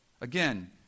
Again